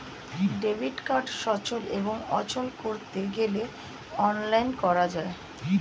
debit card সচল এবং অচল করতে গেলে অনলাইন করা যায়